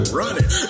running